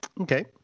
Okay